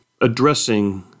addressing